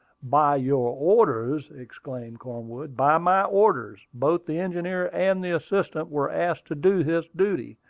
by your orders? exclaimed cornwood. by my orders. both the engineer and the assistant were asked to do this duty,